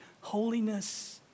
holiness